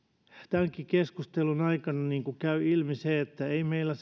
tämänkin keskustelun aikana käy ilmi se että ei meillä